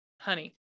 honey